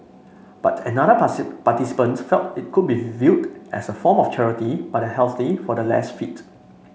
but another participant felt it could be viewed as a form of charity by the healthy for the less fit